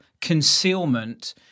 concealment